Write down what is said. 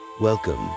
Welcome